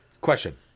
question